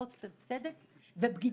חוסר צדק ובגידה,